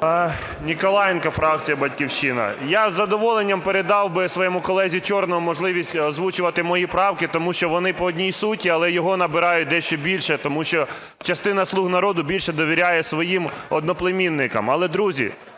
А.І. Ніколаєнко, фракція "Батьківщина". Я із задоволенням передав би своєму колезі Чорному можливість озвучувати мої правки, тому що вони по одній суті, але його набирають дещо більше, тому що частина "слуг народу" більше довіряє своїм одноплемінникам. Але, друзі,